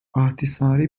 ahtisaari